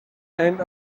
and